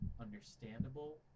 understandable